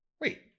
Wait